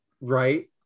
Right